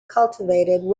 cultivated